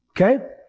okay